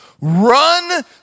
Run